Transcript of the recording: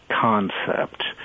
concept